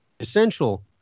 essential